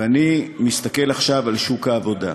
ואני מסתכל עכשיו על שוק העבודה.